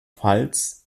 pfalz